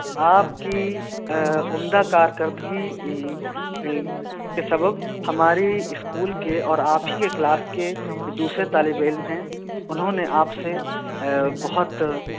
آپ کی عمدہ کار کردگی کے سبب ہماری اسکول کے اور آپ ہی کے کلاس کے دوسرے طالب علم ہیں انہوں نے آپ سے بہت